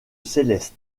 céleste